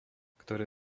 ktoré